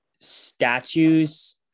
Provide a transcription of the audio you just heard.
statues